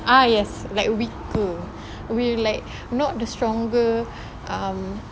ah yes like weaker we like not the stronger um